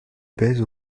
baise